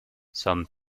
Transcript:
some